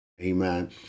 Amen